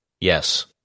yes